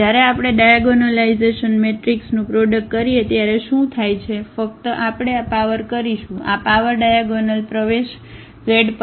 તેથી જ્યારે આપણે ડાયાગોનલાઇઝેશન મેટ્રિક્સનું પ્રોડક્ટ કરીએ ત્યારે શું થાય છે ફક્ત આપણે આ પાવર કરીશું આ પાવર ડાયાગોનલ પ્રવેશઝ પર જશે